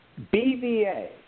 BVA